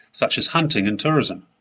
such as hunting and tourism.